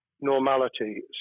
normality